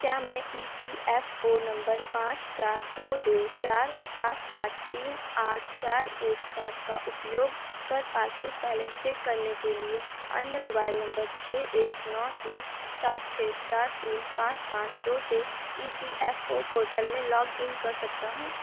क्या मैं E P F O number पाँच चार दो दो चार सात सात तीन आठ चार एक सात का उपयोग कर पासबुक बैलेंस चेक करने के लिए अन्य मोबाइल नम्बर छह एक नौ तीन सात छह तीन पाँच पाँच दो से E P F O portal में लॉग इन कर सकता हूँ